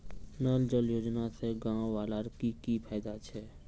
नल जल योजना से गाँव वालार की की फायदा छे?